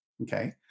Okay